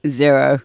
zero